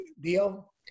deal